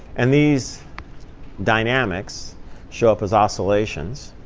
and these dynamics show up as oscillations.